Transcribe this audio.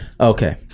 okay